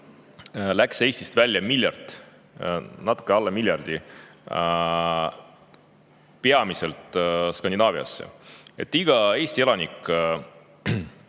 läks Eestist välja natuke alla miljardi, peamiselt Skandinaaviasse. Iga Eesti elanik